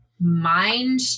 mind